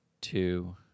two